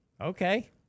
Okay